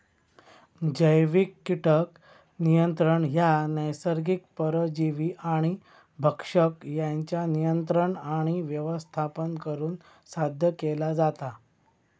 जैविक कीटक नियंत्रण ह्या नैसर्गिक परजीवी आणि भक्षक यांच्या नियंत्रण आणि व्यवस्थापन करुन साध्य केला जाता